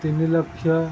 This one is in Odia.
ତିନି ଲକ୍ଷ